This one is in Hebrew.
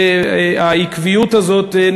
העקביות הזאת,